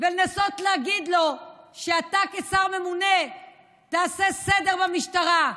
ולנסות להגיד לו שאתה כשר ממונה תעשה סדר במשטרה.